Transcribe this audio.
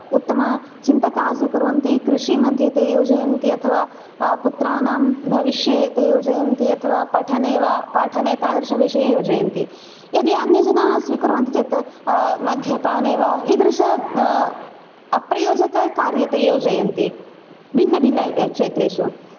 उत्तमचिन्तकाः स्वीकुर्वन्ति कृषि मध्ये ते योजयन्ति अथवा पुत्राणां भविष्ये ते योजयन्ति अथवा पठने वा पाठने वा तादृशविषये योजयन्ति यदि अन्यजनाः स्वीकुर्वन्ति चेत् मद्यपाने वा ईदृश अप्रयोजककार्ये ते योजयन्ति भिन्नभिन्नक्षेत्रेषु